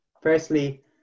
Firstly